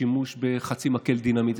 שימוש בחצי מקל דינמיט.